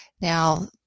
Now